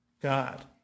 God